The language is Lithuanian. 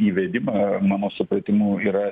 įvedimą mano supratimu yra